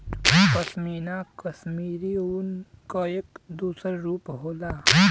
पशमीना कशमीरी ऊन क एक दूसर रूप होला